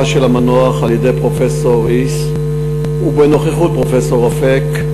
של גופת המנוח על-ידי פרופסור היס ובנוכחות פרופסור אפק,